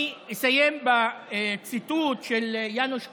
אני אסיים בציטוט של יאנוש קורצ'אק: